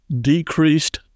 decreased